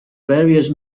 various